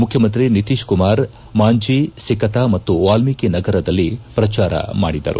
ಮುಖ್ಯಮಂತ್ರಿ ನಿತೀಶ್ ಕುಮಾರ್ ಮಾಂಜಿ ಸಿಕೆತಾ ಮತ್ತು ವಾಲ್ಮೀಕಿ ನಗರದಲ್ಲಿ ಪ್ರಚಾರ ಮಾಡಿದರು